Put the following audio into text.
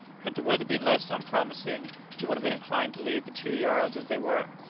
had the weather been less unpromising he would have been inclined to leave the two yards as they were,